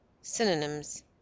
synonyms